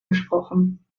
gesprochen